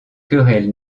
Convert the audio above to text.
querelle